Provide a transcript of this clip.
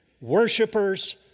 Worshippers